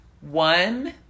one